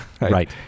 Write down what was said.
Right